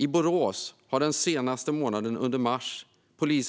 I Borås har polisen under den senaste månaden, mars,